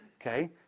Okay